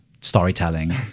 storytelling